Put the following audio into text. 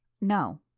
No